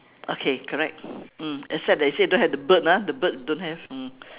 okay correct mm except that it say don't have the bird ah the bird don't have mm